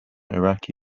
iraqi